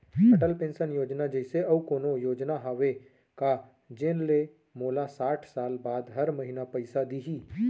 Atal pension Yojana जइसे अऊ कोनो योजना हावे का जेन ले मोला साठ साल बाद हर महीना पइसा दिही?